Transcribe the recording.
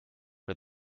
for